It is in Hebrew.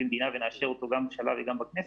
מדינה ונאשר אותו גם בממשלה וגם בכנסת,